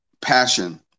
Passion